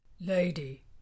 Lady